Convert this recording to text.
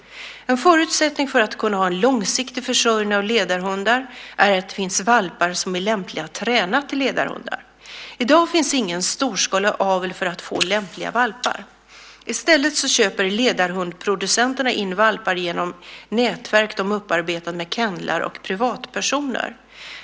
En förutsättning för att kunna ha en långsiktig försörjning av ledarhundar är att det finns valpar som är lämpliga att träna till ledarhundar. I dag finns ingen storskalig avel för att få lämpliga valpar. I stället köper ledarhundsproducenterna in valpar genom nätverk de upparbetat med kennlar och privatpersoner.